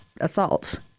assault